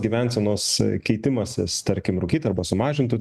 gyvensenos keitimasis tarkim rūkyt arba sumažin tų